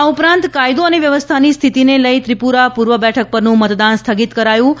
આ ઉપરાંત કાયદો અને વ્યવસ્થાની સ્થિતિને લઇ ત્રિપૂરા પૂર્વ બેઠક પરનું મતદાન સ્થગિત કરાયું હતું